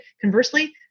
conversely